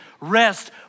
Rest